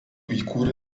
įkūrė